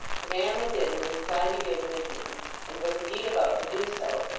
the man within was inclined to give them admittance, and was indeed about to do so,